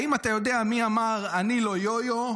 האם אתה יודע מי אמר: "אני לא "יו-יו",